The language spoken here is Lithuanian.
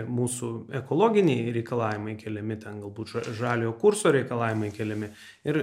mūsų ekologiniai reikalavimai keliami ten galbūt žaliojo kurso reikalavimai keliami ir